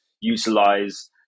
utilize